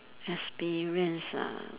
experience ah